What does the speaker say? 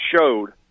showed